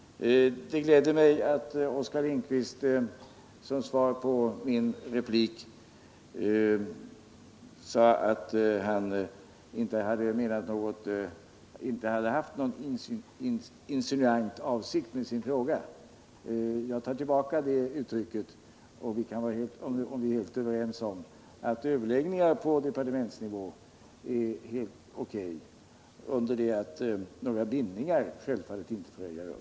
Det gläder mig att Oskar Lindkvist som svar på min replik sade att han inte hade haft någon insinuant avsikt med sin fråga. Jag tar tillbaka det uttrycket om vi är helt överens om att överläggningar på departementsnivå är helt O.K., under det att några bindningar självfallet inte får äga rum.